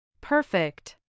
Perfect